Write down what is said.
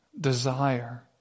desire